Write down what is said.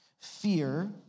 Fear